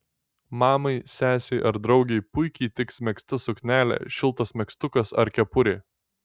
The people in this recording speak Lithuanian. mamai sesei ar draugei puikiai tiks megzta suknelė šiltas megztukas ar kepurė